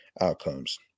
outcomes